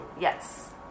Yes